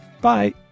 Bye